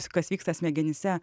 kas vyksta smegenyse